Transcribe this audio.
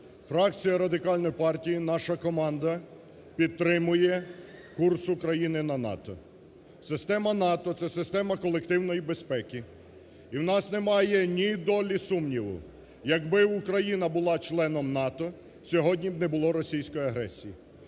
Фракція Радикальної партії, наша команда підтримує курс України на НАТО. Система НАТО – це система колективної безпеки. І в нас немає ні долі сумніву, якби Україна була членом НАТО, сьогодні б не було російської агресії.